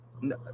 No